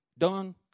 done